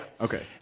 Okay